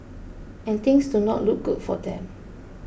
and things do not look good for them